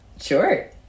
Sure